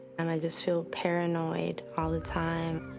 and i just feel paranoid all the time.